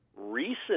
recent